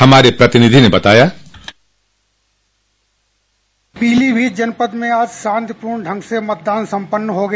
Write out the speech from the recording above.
हमारे प्रतिनिधि ने बताया पीलीभीत जनपद में आज शांतिपूर्ण ढंग से मतदान सम्पन्न हो गया